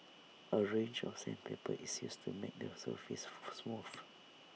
A range of sandpaper is used to make the surface smooth